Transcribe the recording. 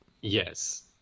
yes